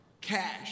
cash